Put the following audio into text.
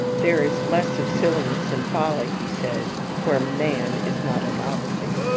there is less of silliness and folly, he says, where man is not a novelty.